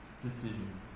decision